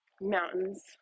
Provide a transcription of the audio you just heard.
mountains